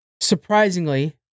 surprisingly